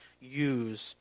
use